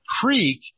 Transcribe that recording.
creek